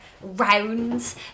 rounds